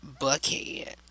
Buckhead